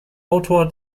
autor